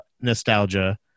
nostalgia